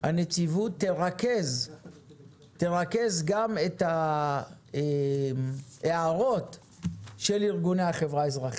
שהנציבות תרכז גם את ההערות של ארגוני החברה האזרחית,